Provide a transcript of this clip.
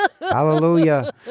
Hallelujah